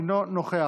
אינו נוכח,